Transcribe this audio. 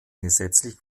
gesetzlichen